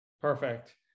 Perfect